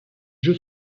jeu